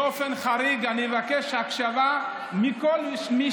באופן חריג אני אבקש הקשבה מכל מי